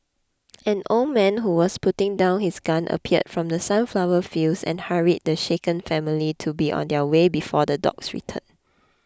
an old man who was putting down his gun appeared from the sunflower fields and hurried the shaken family to be on their way before the dogs return